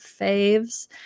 faves